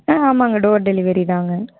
ஆ ஆமாங்க door delivery தாங்க